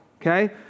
okay